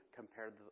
compared